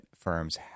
firms